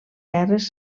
guerres